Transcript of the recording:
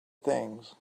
things